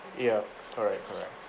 yup correct correct